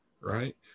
right